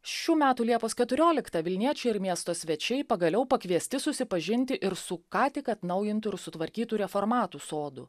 šių metų liepos keturioliktą vilniečiai ir miesto svečiai pagaliau pakviesti susipažinti ir su ką tik atnaujintu ir sutvarkytu reformatų sodu